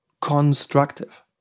Constructive